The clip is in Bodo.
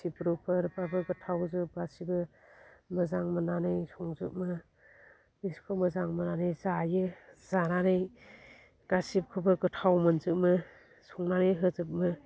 सिब्रुफोरबाबो गोथावजोब गासिबो मोजां मोन्नानै संजोबो बिसोरखौ मोजां मोन्नानै जायो जानानै गासिखौबो गोथाव मोनजोबो संनानै होजोबो